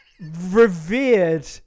revered